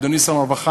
אדוני שר הרווחה,